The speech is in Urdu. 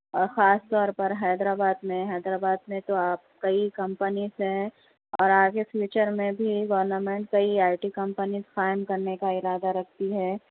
اور خاص طور پر حیدر آباد میں حیدرآباد میں تو آپ کئی کمپنیز ہیں اور آگے فیوچر میں بھی گورنمنٹ نے کئی آئی ٹی کمپنی قائم کرنے کا ارادہ رکھتی ہے